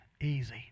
easy